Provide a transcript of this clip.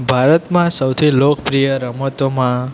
ભારતમાં સૌથી લોકપ્રિય રમતોમાં